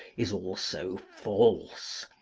is also false.